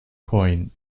coin